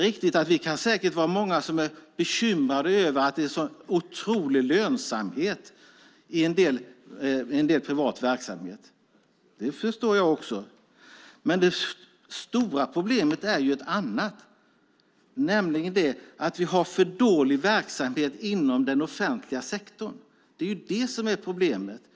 Det kan säkert vara många som är bekymrade över att det är en så otrolig lönsamhet i en del privata verksamheter. Det förstår jag. Men det stora problemet är ett annat, nämligen att vi har för dålig verksamhet inom den offentliga sektorn. Det är det som är problemet.